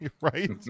Right